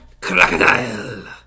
Crocodile